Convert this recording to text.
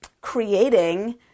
creating